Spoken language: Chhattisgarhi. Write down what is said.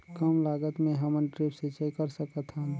कम लागत मे हमन ड्रिप सिंचाई कर सकत हन?